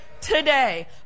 today